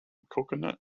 coconut